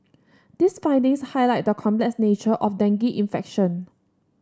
these findings highlight the complex nature of dengue infection